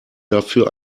dafür